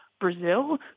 Brazil